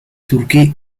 turquí